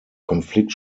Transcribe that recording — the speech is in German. konflikt